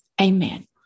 amen